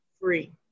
free